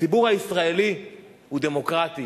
הציבור הישראלי הוא דמוקרטי,